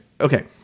okay